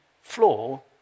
floor